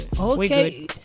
okay